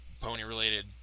pony-related